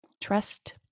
trust